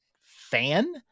fan